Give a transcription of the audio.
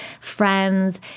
friends